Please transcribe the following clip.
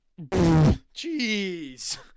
Jeez